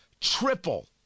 triple